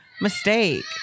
mistake